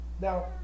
Now